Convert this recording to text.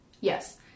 Yes